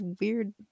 weird